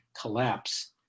collapse